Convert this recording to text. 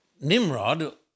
Nimrod